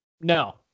No